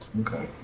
Okay